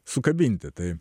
sukabinti tai